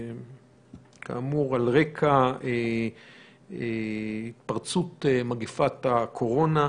כאמור על רקע התפרצות מגפת הקורונה.